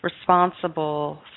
responsible